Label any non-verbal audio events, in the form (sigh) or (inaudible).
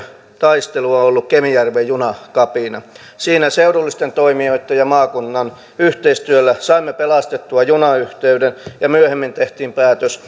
taistelu on ollut kemijärven junakapina siinä seudullisten toimijoitten ja maakunnan yhteistyöllä saimme pelastettua junayhteyden ja myöhemmin tehtiin päätös (unintelligible)